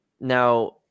Now